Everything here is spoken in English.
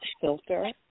filter